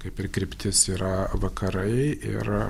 kaip ir kryptis yra vakarai ir